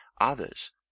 others